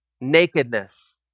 nakedness